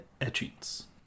Etchings